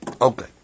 Okay